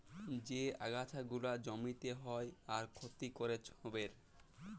যে আগাছা গুলা জমিতে হ্যয় আর ক্ষতি ক্যরে ছবের